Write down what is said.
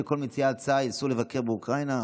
שכל מציעי ההצעה ייסעו לבקר באוקראינה,